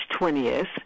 20th